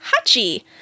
Hachi